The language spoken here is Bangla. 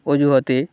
অজুহাতে